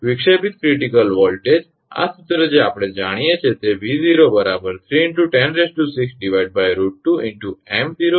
વિક્ષેપિત critical voltage આ સૂત્ર જે આપણે જાણીએ છીએ તે 𝑉0 3×106√2 × 𝑚0 × 𝑟 × 𝛿 × ln𝐷𝑒𝑞𝑟 𝑉𝑝ℎ𝑎𝑠𝑒 છે